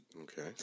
Okay